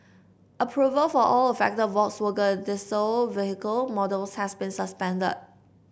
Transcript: approval for all affected Volkswagen diesel vehicle models has been suspended